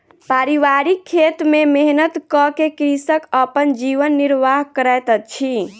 पारिवारिक खेत में मेहनत कअ के कृषक अपन जीवन निर्वाह करैत अछि